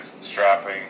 strapping